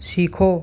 सीखो